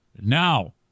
now